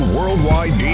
Worldwide